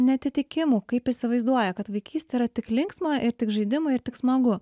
neatitikimų kaip įsivaizduoja kad vaikystė yra tik linksma ir tik žaidimai ir tik smagu